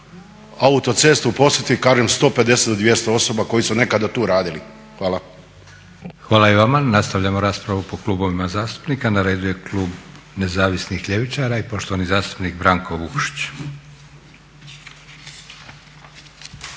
autoceste uposliti kažem 150 do 200 osoba koje su nekada tu radili. Hvala. **Leko, Josip (SDP)** Hvala i vama nastavljamo raspravu po klubovima zastupnika. Na redu je klub Nezavisnih ljevičara i poštovani zastupnik Branko Vukišić.